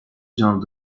genre